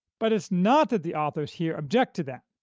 but it's not that the authors here object to that.